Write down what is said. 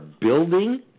building